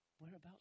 Whereabouts